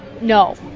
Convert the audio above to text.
no